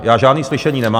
Já žádné slyšení nemám...